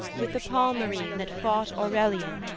with the palmyrene that fought aurelian,